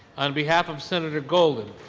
on behalf of senator golden,